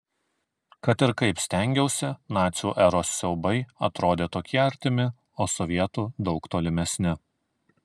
kad ir kaip stengiausi nacių eros siaubai atrodė tokie artimi o sovietų daug tolimesni